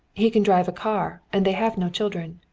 he can drive a car, and they have no children.